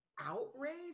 outrage